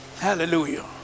Hallelujah